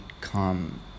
come